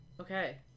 Okay